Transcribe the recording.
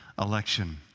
election